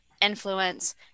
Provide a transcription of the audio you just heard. influence